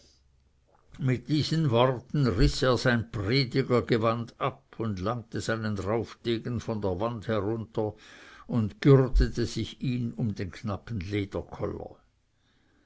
mit diesen worten riß er sein predigergewand ab langte seinen raufdegen von der wand herunter und gürtete sich ihn um den